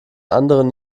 anderen